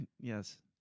yes